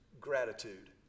gratitude